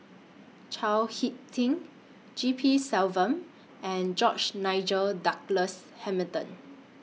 Chao Hick Tin G P Selvam and George Nigel Douglas Hamilton